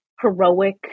heroic